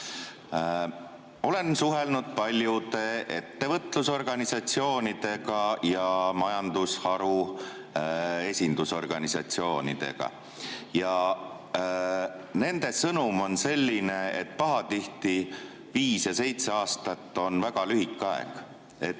Olen suhelnud paljude ettevõtlusorganisatsioonidega ja majandusharu esindusorganisatsioonidega. Nende sõnum on selline, et pahatihti on viis või seitse aastat väga lühike aeg.